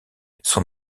son